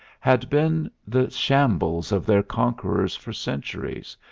had been the shambles of their conquerors for centuries,